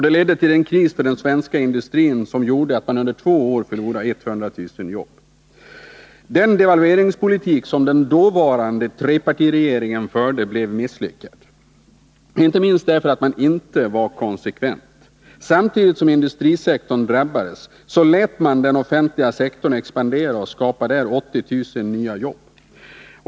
Det ledde till en kris för den svenska industrin, som gjorde att man under två år förlorade 100 000 jobb. Den devalveringspolitik som den dåvarande trepartiregeringen förde blev misslyckad, inte minst därför att man inte var konsekvent. Samtidigt som industrisektorn drabbades lät man den offentliga sektorn expandera och skapade där 80 000 nya jobb.